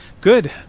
Good